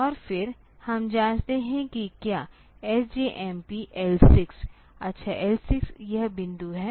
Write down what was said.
और फिर हम जांचते हैं कि क्या SJMP L6 अच्छा L 6 यह बिंदु है